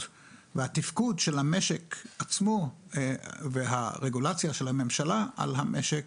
והתפקוד של המשק עצמו והרגולציה של הממשלה על המשק